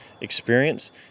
experience